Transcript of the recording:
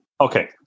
Okay